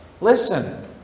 listen